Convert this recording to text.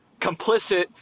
complicit